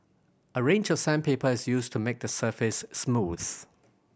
a range of sandpaper is used to make the surface smooth